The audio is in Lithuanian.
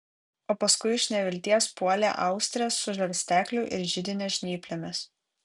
o paskui iš nevilties puolė austres su žarstekliu ir židinio žnyplėmis